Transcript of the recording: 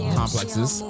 complexes